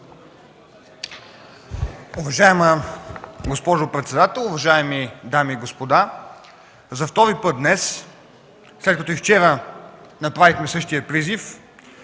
Уважаема госпожо председател, уважаеми дами и господа, за втори път днес, след като и вчера направихме същия призив